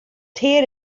tear